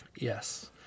Yes